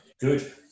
good